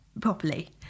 properly